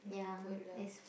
good lah